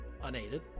unaided